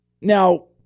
Now